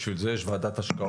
בשביל זה יש ועדת השקעות,